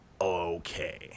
okay